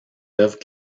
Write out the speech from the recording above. œuvres